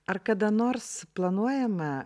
ar kada nors planuojama